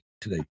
today